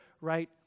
right